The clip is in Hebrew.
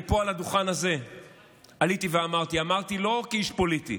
אני עליתי לדוכן הזה ואמרתי, לא כאיש פוליטי,